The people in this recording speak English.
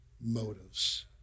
motives